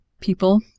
people